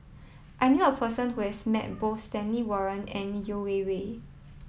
I knew a person who has met both Stanley Warren and Yeo Wei Wei